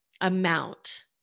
amount